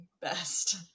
best